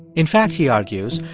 in fact, he argues,